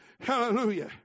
Hallelujah